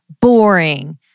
boring